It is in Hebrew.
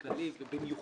הם לא